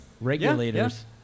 Regulators